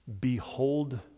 Behold